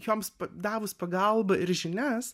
joms davus pagalbą ir žinias